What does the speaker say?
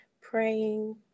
praying